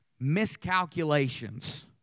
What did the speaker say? miscalculations